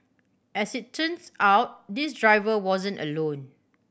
as it turns out this driver wasn't alone